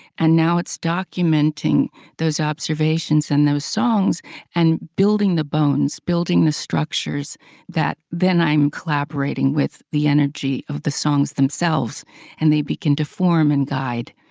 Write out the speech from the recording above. and now it's documenting those observations and those songs and building the bones, bones, building the structures that then i'm collaborating with the energy of the songs themselves and they begin to form and guide.